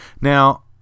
now